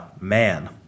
man